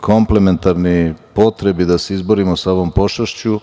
komplementarni potrebi da izborimo sa ovom pošašću.